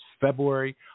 February